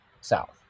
South